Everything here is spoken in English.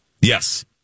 yes